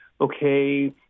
okay